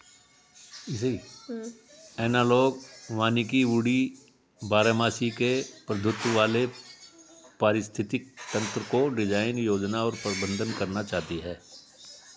analogue वानिकी woody बारहमासी के प्रभुत्व वाले पारिस्थितिक तंत्रको डिजाइन, योजना और प्रबंधन करना चाहती है